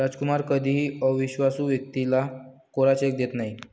रामकुमार कधीही अविश्वासू व्यक्तीला कोरा चेक देत नाही